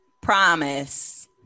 promise